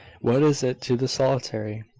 what is it to the solitary,